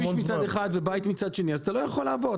כביש מצד אחד ובית מצד שני, אז אתה לא יכול לעבור.